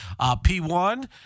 P1